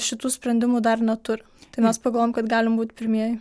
šitų sprendimų dar neturi tai mes pagalvojom kad galim būt pirmieji